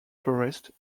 forest